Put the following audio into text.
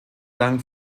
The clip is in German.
dank